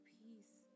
peace